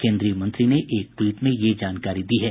केन्द्रीय मंत्री ने एक ट्वीट में ये जानकारी दी है